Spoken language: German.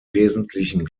wesentlichen